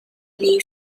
lay